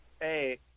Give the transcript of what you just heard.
hey